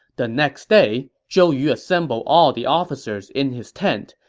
the next day, zhou yu assembled all the officers in his tent,